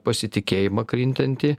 pasitikėjimą krintantį